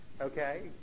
okay